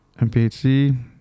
MPHC